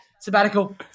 sabbatical